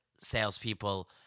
salespeople